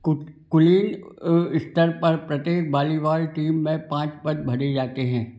कुट कुलीन स्तर पर प्रत्येक बालीबॉल टीम में पाँच पद भरे जाते हैं